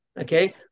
okay